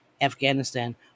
Afghanistan